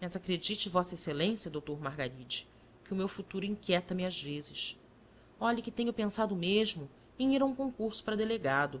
mas acredite vossa excelência doutor margaride que o meu futuro inquieta me às vezes olhe que tenho pensado mesmo em ir a um concurso para delegado